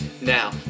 Now